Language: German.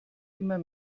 immer